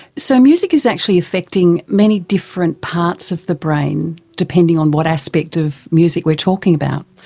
so music is actually affecting many different parts of the brain, depending on what aspect of music we are talking about.